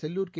Sellur K